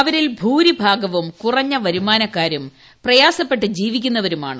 അവരീൽ ഭൂരിഭാഗവും കുറഞ്ഞ വരുമാനക്കാരും പ്രയാസ്പ്പെട്ട് ജീവിക്കുന്നവരുമാണ്